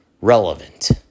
relevant